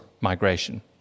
migration